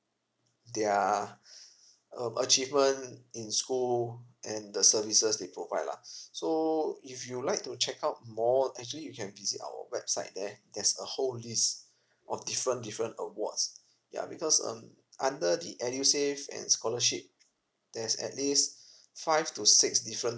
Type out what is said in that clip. their um achievement in school and the services they provide lah so if you'd like to check out more actually you can visit our website there there's a whole list of different different awards ya because um under the edusave and scholarship there's at least five to six different